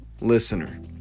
listener